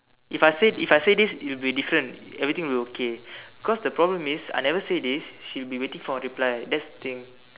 if I say if I say this it'll be different everything will okay because the problem is if I never say this she will be waiting for my reply that's the thing